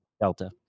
Delta